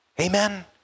Amen